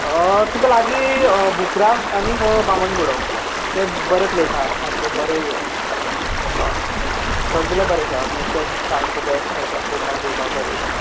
तुका लागीं बुपरा आनी बामनबुडो ते बरे प्लेस आसा सारके बरे सगळें बरें आसा नॅचर सारको बॅस्ट आसा पळोवपाक बिवपाक बरें दिसता